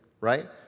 right